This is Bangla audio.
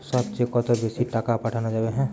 সব চেয়ে কত বেশি টাকা পাঠানো যাবে?